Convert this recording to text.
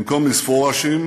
במקום לספור ראשים,